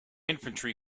infantry